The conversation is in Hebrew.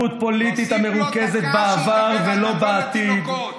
תרבות פוליטית המרוכזת בעבר ולא בעתיד,